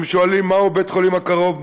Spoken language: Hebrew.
הם שואלים מהו בית-החולים הקרוב,